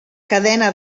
cadena